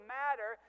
matter